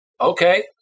okay